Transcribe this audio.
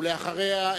ואחריה,